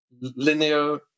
linear